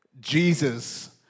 Jesus